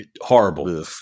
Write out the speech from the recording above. horrible